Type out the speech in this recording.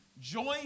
join